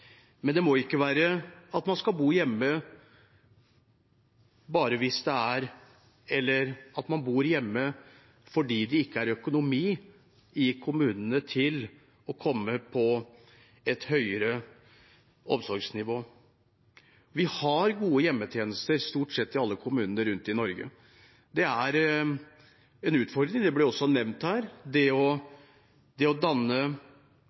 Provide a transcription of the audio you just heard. Men det må ikke være slik at man bor hjemme bare fordi det ikke er økonomi i kommunen til å komme på et høyere omsorgsnivå. Vi har gode hjemmetjenester, stort sett, i alle kommunene rundt i Norge. Det er en utfordring – det ble også nevnt her – å danne team slik at de eldre kjenner igjen dem som kommer, og at man slipper å